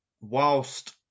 whilst